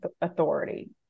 authority